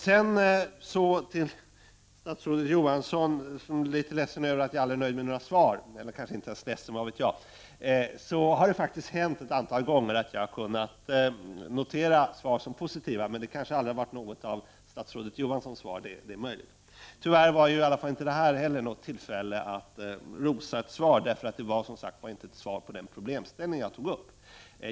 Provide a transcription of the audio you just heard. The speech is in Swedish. Så till statsrådet Johansson, som är litet ledsen över att jag aldrig är nöjd med några svar. Nåja, han kanske inte är ledsen — vad vet jag. Det har faktiskt hänt ett par gånger att jag har kunnat notera svar som positiva, men det är möjligt att det aldrig har varit något av statsrådet Johanssons svar. Tyvärr var detta inte heller något tillfälle att rosa ett svar, eftersom det som sagt inte var ett svar på den problemställning som jag tog upp.